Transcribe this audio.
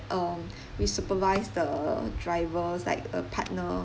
um we supervise the drivers like uh partner